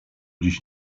dziś